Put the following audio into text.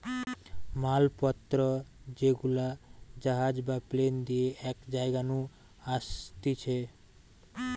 মাল পত্র যেগুলা জাহাজ বা প্লেন দিয়ে এক জায়গা নু আসতিছে